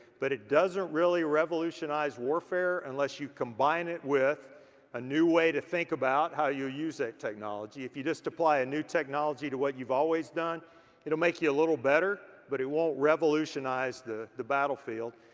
but it doesn't really revolutionize warfare unless you combine it with a new way to think about how you use that technology. if you just apply a new technology to what you've always done it'll make you a little better, but it won't revolutionize the the battlefield.